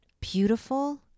beautiful